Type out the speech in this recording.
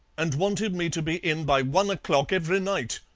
and wanted me to be in by one o'clock every night.